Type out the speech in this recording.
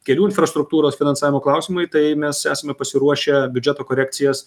kelių infrastruktūros finansavimo klausimai tai mes esame pasiruošę biudžeto korekcijas